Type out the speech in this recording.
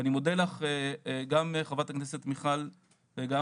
ואני מודה לך גם חברת הכנסת מיכל וולדיגר וגם